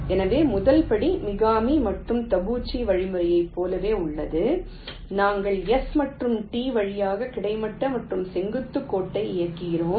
எனவே முதல் படி மிகாமி மற்றும் தபூச்சி வழிமுறையைப் போலவே உள்ளது நாங்கள் S மற்றும் T வழியாக கிடைமட்ட மற்றும் செங்குத்து கோட்டை இயக்குகிறோம்